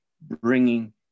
bringing